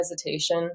hesitation